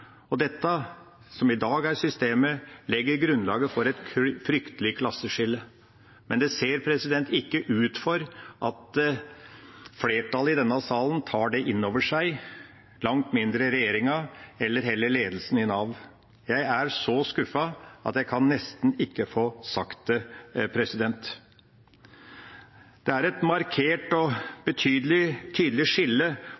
Dette, som i dag er systemet, legger grunnlaget for et fryktelig klasseskille. Men det ser ikke ut til at flertallet i denne salen tar det inn over seg, langt mindre regjeringa, ei heller ledelsen i Nav. Jeg er så skuffet at jeg nesten ikke kan få sagt det. Det er et markert